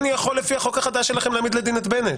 אני יכול לפי החוק החדש שלכם להעמיד לדין את בנט.